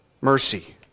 mercy